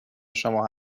شما